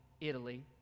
Italy